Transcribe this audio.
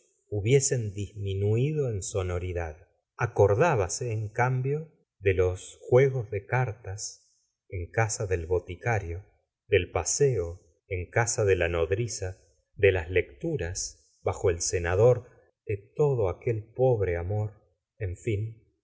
hubiesen disminuido en sonoridad acorditbase en cambio de los juegos de cartas en casa del boticario del paseo en casa de la nodriza de las lecturas bajo el cenador de todo aquel pobre amor en fin